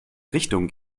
richtung